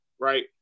right